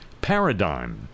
Paradigm